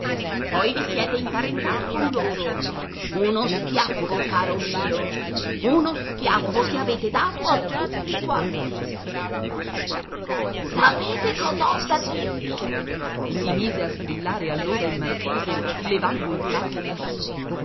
poi vi siete imparentato con loro uno schiaffo caro mio uno schiaffo che avete dato a tutti quanti sapete cosa ho da dirvi si mise a strillare allora il marchese levando il capo in su